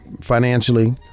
financially